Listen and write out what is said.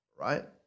right